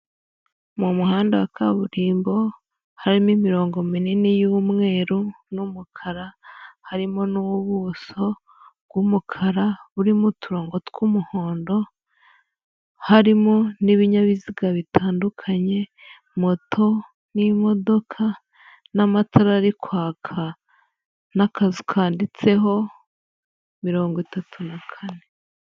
Mu muhanda wa kaburimbo harimo imirongo minini y'umweru n'umukara, harimo n'ubuso bw'umukara buririmo uturongo tw'umuhondo, harimo n'ibinyabiziga bitandukanye moto n'imodoka, n'amatara ari kwaka, n'akazu kanditseho mirongo itatu na kane.